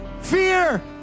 Fear